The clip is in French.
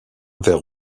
vers